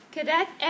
Cadet